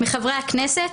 מחברי הכנסת,